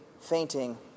fainting